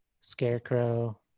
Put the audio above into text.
scarecrow